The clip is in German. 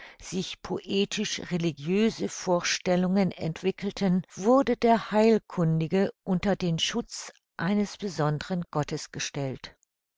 sich poetisch religiöse vorstellungen entwickelten wurde der heilkundige unter den schutz eines besondren gottes gestellt